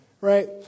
right